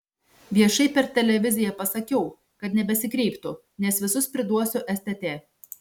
viešai per televiziją pasakiau kad nebesikreiptų nes visus priduosiu stt